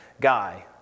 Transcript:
guy